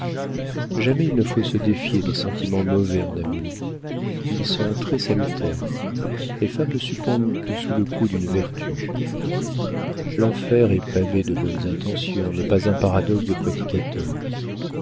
jamais il ne faut se défier des sentiments mauvais en amour ils sont très salutaires les femmes ne succombent que sous le coup d'une vertu l'enfer est pavé de bonnes intentions n'est pas un paradoxe de prédicateur